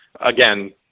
Again